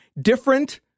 different